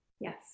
Yes